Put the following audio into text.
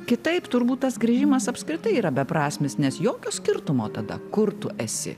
kitaip turbūt tas grįžimas apskritai yra beprasmis nes jokio skirtumo tada kur tu esi